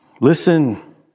Listen